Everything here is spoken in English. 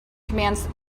commands